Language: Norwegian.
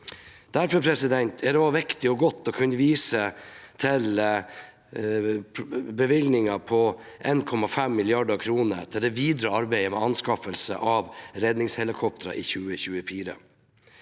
Derfor er det også viktig og godt å kunne vise til bevilgningen på 1,5 mrd. kr til det videre arbeidet med anskaffelse av redningshelikoptre i 2024.